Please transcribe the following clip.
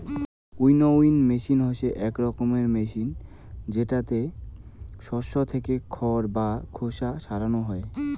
winnowing machine হসে আক রকমের মেচিন জেতাতে শস্য থেকে খড় বা খোসা সরানো হই